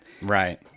Right